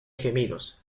gemidos